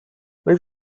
will